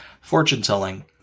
fortune-telling